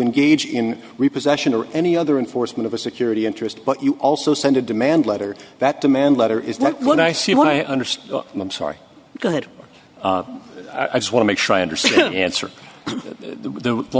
engage in repossession or any other enforcement of a security interest but you also send a demand letter that demand letter is not one i see what i understand and i'm sorry go ahead i just want to make sure i understand answer to